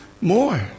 more